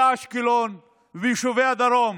באשקלון וביישובי הדרום